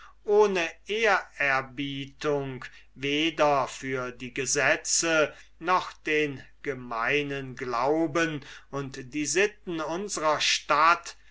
ohne ehrerbietung weder für die gesetze noch den gemeinen glauben und die sitten unsrer stadt